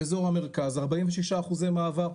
באזור המרכז 46 אחוזי מעבר,